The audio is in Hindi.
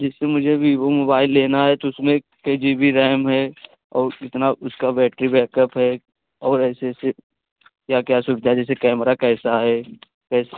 जैसे मुझे भी वह मोबाइल लेना है तो उसमें टू जी बी रैम है और कितना उसका बैटरी बैकअप है और ऐसे ऐसे क्या क्या सुविधा है जैसे कैमरा कैसा है कैसा